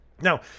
Now